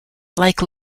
like